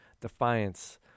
defiance